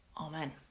Amen